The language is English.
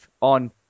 on